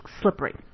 slippery